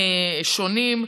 שונים.